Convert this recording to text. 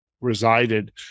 resided